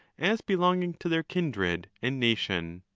as belonging to their kindred and nation.